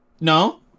No